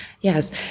Yes